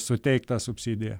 suteikta subsidija